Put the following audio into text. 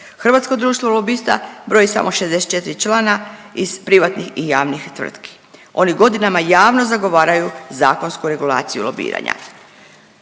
Hrvatsko društvo lobista broji samo 64 člana iz privatnih i javnih tvrtki. Oni godinama javno zagovaraju zakonsku regulaciju lobiranja.